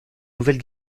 nouvelle